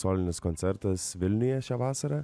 solinis koncertas vilniuje šią vasarą